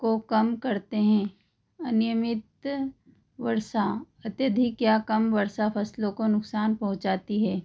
को कम करते हैं अनियमित वर्षा अत्यधिक या कम वर्षा फसलों को नुकसान पहुँचाती है